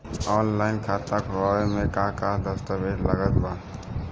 Online खाता खूलावे म का का दस्तावेज लगा ता?